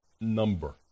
number